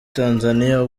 tanzania